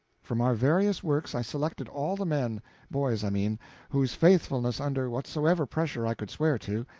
from our various works i selected all the men boys i mean whose faithfulness under whatsoever pressure i could swear to,